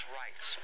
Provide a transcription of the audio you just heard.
rights